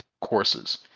courses